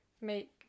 make